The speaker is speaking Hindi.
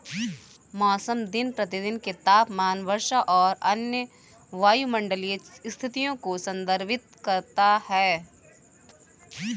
मौसम दिन प्रतिदिन के तापमान, वर्षा और अन्य वायुमंडलीय स्थितियों को संदर्भित करता है